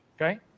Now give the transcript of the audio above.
okay